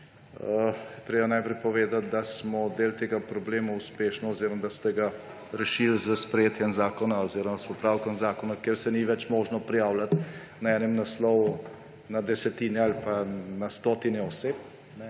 treba najprej povedati, da smo del tega problema uspešno oziroma da ste ga rešili s sprejetjem zakona oziroma s popravkom zakona, zaradi katerega ni več možno prijavljati na enem naslovu na desetine oseb ali pa na stotine oseb